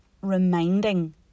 reminding